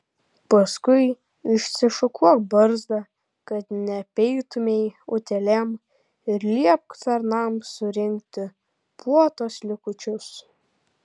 paskui išsišukuok barzdą kad neapeitumei utėlėm ir liepk tarnams surinkti puotos likučius